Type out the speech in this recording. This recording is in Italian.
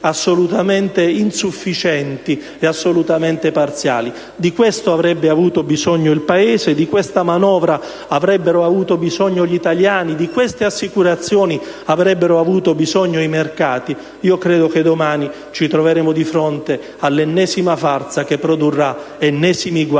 assolutamente insufficienti e parziali. Di ciò avrebbe avuto bisogno il Paese; di questa manovra avrebbero avuto bisogno gli italiani; di simili assicurazioni avrebbero avuto bisogno i mercati. Credo che domani ci troveremo di fronte all'ennesima farsa che produrrà ulteriori guasti